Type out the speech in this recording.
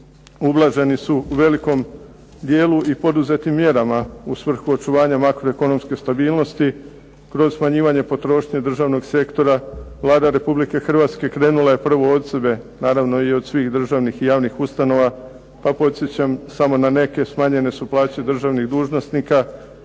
ublaženi su u velikom dijelu i poduzetim mjerama u svrhu očuvanja makroekonomske stabilnosti kroz smanjivanje potrošnje državnog sektora. Vlada Republike Hrvatske krenula je prvo od sebe, naravno i od svih državnih i javnih ustanova pa podsjećam samo na neke. Smanjene su plaće državnih dužnosnika